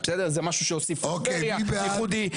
זה משהו שהוסיפו בטבריה, ייחודי.